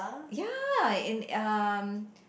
ya in um